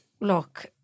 look